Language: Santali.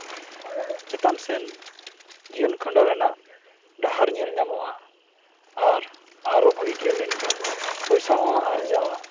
ᱪᱮᱛᱟᱱ ᱥᱮᱱ ᱡᱤᱭᱚᱱ ᱠᱷᱟᱸᱰᱟᱣ ᱨᱮᱱᱟᱜ ᱰᱟᱦᱟᱨ ᱧᱮᱞᱼᱧᱟᱢᱚᱜᱼᱟ ᱟᱨ ᱟᱨᱚ ᱵᱷᱟᱜᱮ ᱠᱷᱮᱹᱞ ᱞᱮᱱᱠᱷᱟᱱ ᱯᱚᱭᱥᱟ ᱦᱚᱸ ᱟᱨᱡᱟᱜᱼᱟ